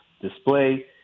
display